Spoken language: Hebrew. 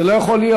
זה לא יכול להיות.